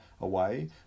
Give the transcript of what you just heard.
away